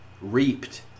reaped